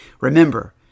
Remember